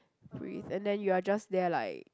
breathe and then you are just there like